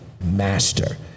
master